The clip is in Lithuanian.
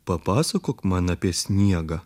papasakok man apie sniegą